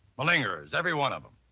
malingerers, every one of them,